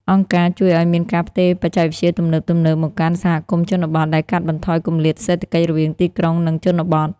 អង្គការជួយឱ្យមានការផ្ទេរបច្ចេកវិទ្យាទំនើបៗមកកាន់សហគមន៍ជនបទ ដែលកាត់បន្ថយគម្លាតសេដ្ឋកិច្ចរវាងទីក្រុង និងជនបទ។